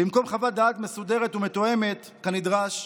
במקום חוות דעת מסודרת ומתואמת כנדרש,